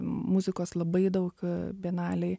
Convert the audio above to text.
muzikos labai daug bienalėj